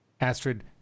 Astrid